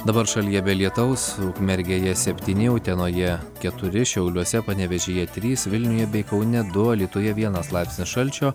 dabar šalyje be lietaus ukmergėje septyni utenoje keturi šiauliuose panevėžyje trys vilniuje bei kaune du alytuje vienas laipsnis šalčio